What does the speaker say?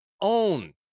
own